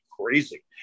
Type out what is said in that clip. crazy